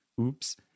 Oops